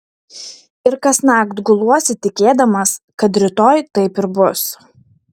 ir kasnakt guluosi tikėdamas kad rytoj taip ir bus